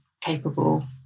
capable